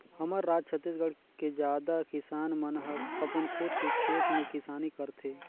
हमर राज छत्तीसगढ़ के जादा किसान मन हर अपन खुद के खेत में किसानी करथे